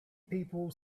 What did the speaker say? people